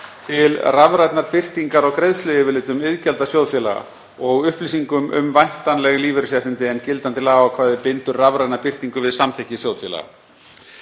til rafrænnar birtingar á greiðsluyfirlitum iðgjalda sjóðfélaga og upplýsingum um væntanleg lífeyrisréttindi en gildandi lagaákvæði bindur rafræna birtingu við samþykki sjóðfélaga.